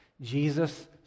Jesus